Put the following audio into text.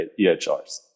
EHRs